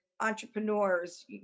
entrepreneurs